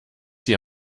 sie